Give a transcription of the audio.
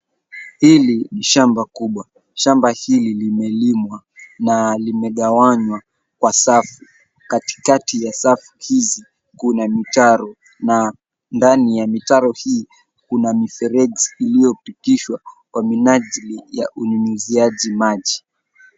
Hili ni shamba kubwa. Shamba hili limelimwa na limegawanywa kwa safu. Katikati ya safu hizi kuna mitaro na ndani ya mitaro hii, kuna mifereji iliyopitishwa kwa minajili ya unyunyunyiaji maji.